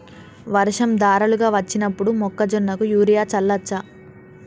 వర్షం ధారలుగా వచ్చినప్పుడు మొక్కజొన్న కు యూరియా చల్లచ్చా?